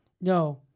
No